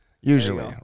Usually